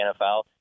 NFL